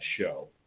show